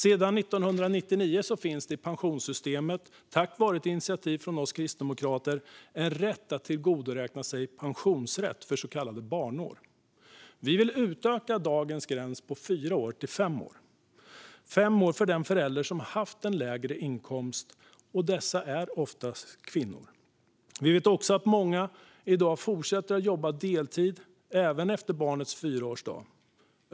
Sedan 1999 finns i pensionssystemet, tack vare ett initiativ från oss kristdemokrater, en rätt att tillgodoräkna sig pensionsrätt för så kallade barnår. Vi vill utöka dagens gräns på fyra år till fem år för den förälder som haft en lägre inkomst. Dessa är oftast kvinnor. Vi vet också att många i dag fortsätter att jobba deltid även efter barnets fyraårsdag.